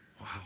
Wow